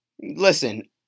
Listen